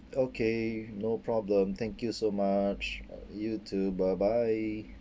okay no problem thank you so much you too bye bye